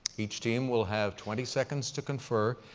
each team will have twenty seconds to confer,